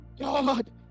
God